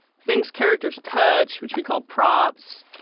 things characters touch, which we call props.